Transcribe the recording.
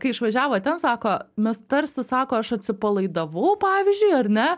kai išvažiavo į ten sako mes tarsi sako aš atsipalaidavau pavyzdžiui ar ne